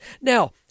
Now